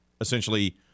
essentially